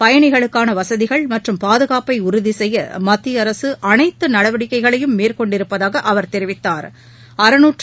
பயணிகளுக்கான வசதிகள் மற்றும் பாதுகாப்பை உறுதி செய்ய மத்திய அரசு அனைத்து நடவடிக்கைகளையும் மேற்கொண்டு இருப்பதாக அவர் தெரிவித்தாா்